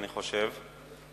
אני חושב.